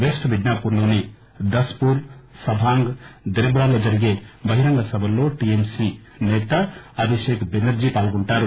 west Midnapore లోని Daspur Sabang దేబ్రాలలో జరిగే బహిరంగ సభల్లో టీఎంసీ సేత అభిషేక్ బెనర్టీ పాల్గొంటారు